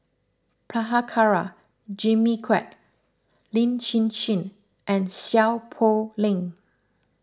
Prabhakara Jimmy Quek Lin Hsin Hsin and Seow Poh Leng